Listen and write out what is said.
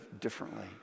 differently